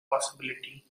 possibility